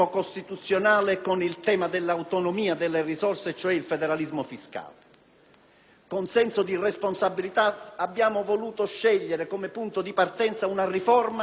Con senso di responsabilità abbiamo voluto scegliere come punto di partenza una riforma della Costituzione, quella del Titolo V, che non avevamo condiviso e non avevamo votato,